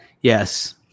yes